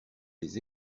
les